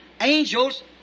angels